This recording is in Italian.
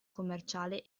commerciale